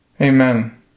Amen